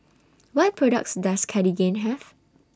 What products Does Cartigain Have